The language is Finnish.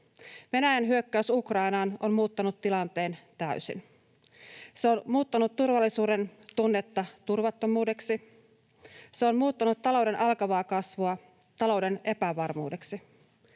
Venäjän hyökkäys Ukrainaan on muuttanut tilanteen täysin. Se on muuttanut turvallisuudentunnetta turvattomuudeksi. Se on muuttanut talouden alkavaa kasvua talouden epävarmuudeksi.